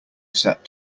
set